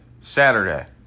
Saturday